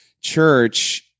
church